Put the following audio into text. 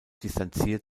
distanziert